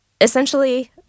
Essentially